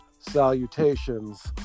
salutations